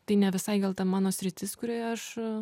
tai ne visai gal ta mano sritis kurioje aš